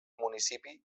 municipi